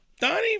Donnie